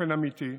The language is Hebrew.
באופן אמיתי,